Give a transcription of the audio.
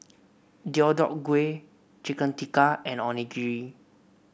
Deodeok Gui Chicken Tikka and Onigiri